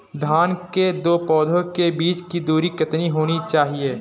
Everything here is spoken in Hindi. धान के दो पौधों के बीच की दूरी कितनी होनी चाहिए?